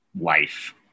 life